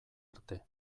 arte